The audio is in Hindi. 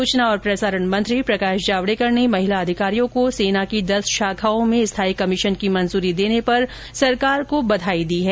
सूचना और प्रसारण मंत्री प्रकाश जावर्ड़कर ने महिला अधिकारियों को सेना की दस शाखाओं में स्थायी कमीशन की मंजूरी देने पर सरकार को बधाई दी है